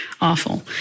awful